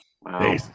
Wow